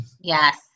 Yes